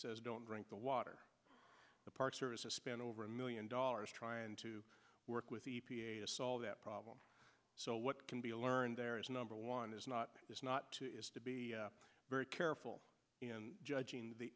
says don't drink the water the park service to spend over a million dollars trying to work with e p a to solve that problem so what can be learned there is number one is not is not to be very careful in judging the